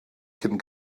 cyn